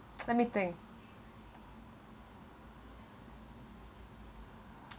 let me think